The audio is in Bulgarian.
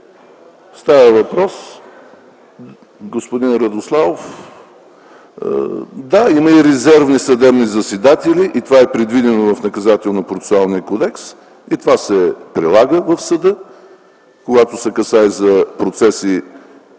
обвиняемия. Господин Радославов, да, има и резервни съдебни заседатели. Това е предвидено в Наказателно-процесуалния кодекс и се прилага в съда, когато се касае за процеси,